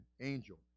angel